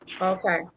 okay